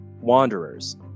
wanderers